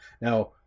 Now